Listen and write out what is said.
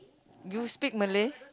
you speak Malay